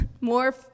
more